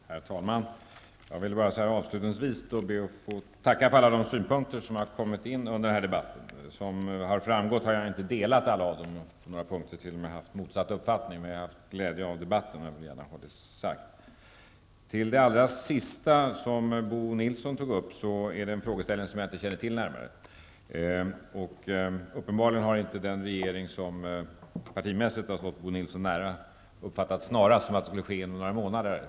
Herr talman! Jag vill bara avslutningsvis be att få tacka för alla synpunkter som har kommit fram under den här debatten. Som framgått har jag inte delat dem alla. På några punkter t.o.m. haft motsatt uppfattning, men jag har haft glädje av debatten. Det vill jag gärna ha sagt. När det gäller det allra sista, som Bo Nilsson tog upp, är det en frågeställning som jag inte känner närmare till. Uppenbarligen har inte den regering som partimässigt har stått Bo Nilsson nära, uppfattat snarast som att det skulle ske inom några månader.